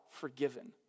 forgiven